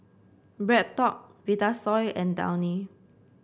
BreadTalk Vitasoy and Downy